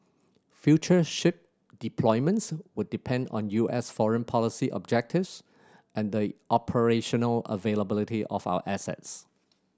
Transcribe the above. future ship deployments would depend on U S foreign policy objectives and the operational availability of our assets